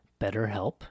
BetterHelp